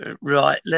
Right